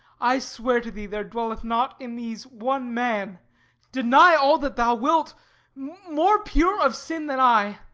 i swear to thee there dwelleth not in these one man deny all that thou wilt more pure of sin than i.